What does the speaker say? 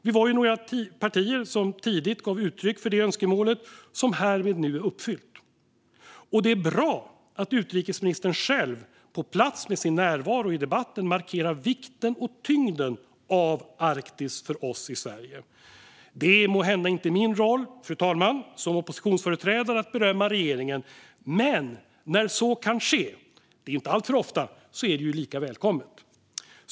Vi var ju några partier som tidigt gav uttryck för det önskemålet, som härmed nu är uppfyllt. Och det är bra att utrikesministern själv på plats med sin närvaro i debatten markerar vikten och tyngden av Arktis för oss i Sverige. Det är måhända inte min roll som oppositionsföreträdare att berömma regeringen, fru talman, men när så kan ske - det är inte alltför ofta - är det ju välkommet.